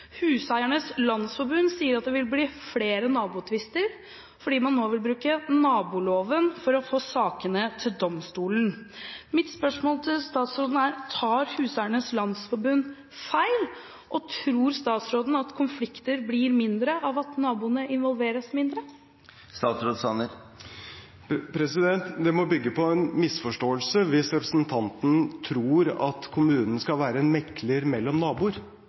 Huseiernes Landsforbund sier at det vil bli flere nabotvister fordi man nå vil bruke naboloven for å få sakene til domstolen. Mitt spørsmål til statsråden er: Tar Huseiernes Landsforbund feil, og tror statsråden konflikter blir mindre av at naboene involveres mindre? Det må bygge på en misforståelse hvis representanten tror at kommunen skal være en mekler mellom naboer,